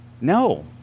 No